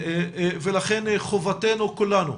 ולכן חובתנו, כולנו,